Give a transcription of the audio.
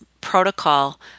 protocol